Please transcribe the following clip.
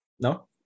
No